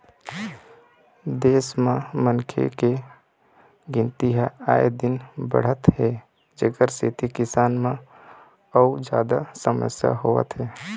देश म मनखे के गिनती ह आए दिन बाढ़त हे जेखर सेती किसानी म अउ जादा समस्या होवत हे